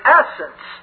essence